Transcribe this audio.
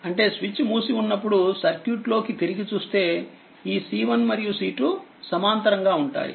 అంటేస్విచ్ మూసి ఉన్నప్పుడు సర్క్యూట్ లోకి తిరిగి చూస్తే ఈC1మరియుC2సమాంతరంగా ఉంటాయి